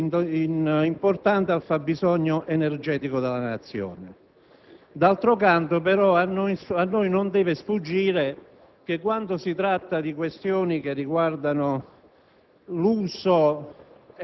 quindi, produce un contributo importante al fabbisogno energetico della Nazione. D'altro canto, però, a noi non deve sfuggire che, quando si tratta di questioni riguardanti